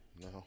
No